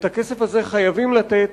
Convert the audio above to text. את הכסף הזה חייבים לתת.